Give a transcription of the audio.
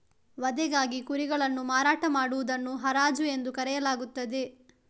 ವಧೆಗಾಗಿ ಕುರಿಗಳನ್ನು ಮಾರಾಟ ಮಾಡುವುದನ್ನು ಹರಾಜು ಎಂದು ಕರೆಯಲಾಗುತ್ತದೆ